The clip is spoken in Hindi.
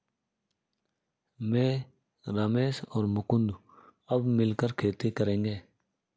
मैं, रमेश और मुकुंद अब मिलकर खेती करेंगे